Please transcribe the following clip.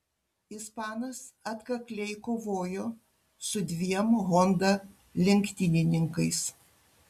ispanas atkakliai kovojo su dviem honda lenktynininkais